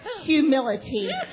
humility